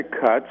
cuts